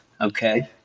Okay